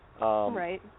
Right